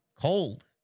Cold